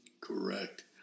Correct